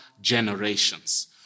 generations